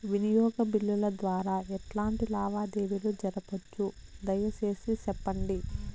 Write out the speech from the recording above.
వినియోగ బిల్లుల ద్వారా ఎట్లాంటి లావాదేవీలు జరపొచ్చు, దయసేసి సెప్పండి?